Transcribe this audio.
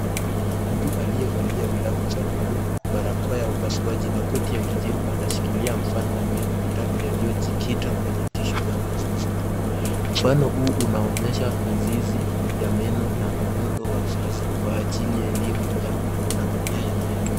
Mtu aliyevalia glavu za buluu, barakoa ya upasuaji na koti ya kijivu anashikilia mfano wa meno matatu yaliojikita kwenye tishu za mzizi. Mfano huu unaonyesha mizizi ya meno na muundo wa fizi kwa ajili ya elimu ya anatumia ya meno.